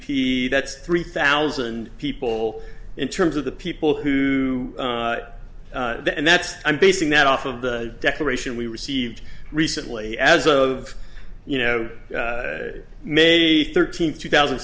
p that's three thousand people in terms of the people who and that's i'm basing that off of the declaration we received recently as of you know maybe thirteenth two thousand